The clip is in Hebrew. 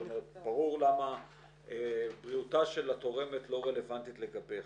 ברור למה בריאותה של התורמת לא רלוונטית לגביך.